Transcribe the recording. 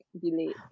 delay